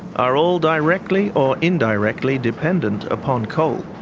are all directly or indirectly dependent upon coal.